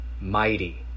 mighty